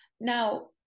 Now